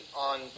on